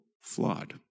flawed